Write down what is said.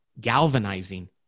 galvanizing